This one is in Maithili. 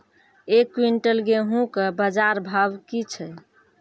एक क्विंटल गेहूँ के बाजार भाव की छ?